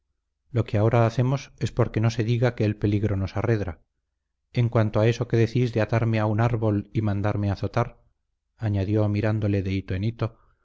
lo que ahora hacemos es porque no se diga que el peligro nos arredra en cuanto a eso que decís de atarme a un árbol y mandarme azotar añadió mirándole de hito